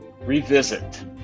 revisit